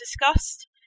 discussed